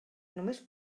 només